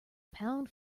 pound